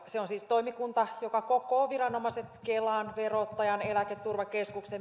se on siis toimikunta joka kokoaa yhteen viranomaiset kelan verottajan eläketurvakeskuksen